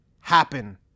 happen